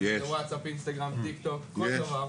אם זה וואטסאפ, אינסטגרם, טיקטוק, כל דבר.